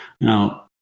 Now